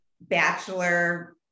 bachelor